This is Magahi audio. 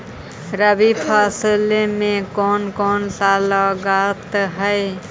रबी फैसले मे कोन कोन सा लगता हाइय?